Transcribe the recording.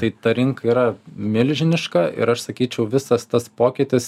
tai ta rinka yra milžiniška ir aš sakyčiau visas tas pokytis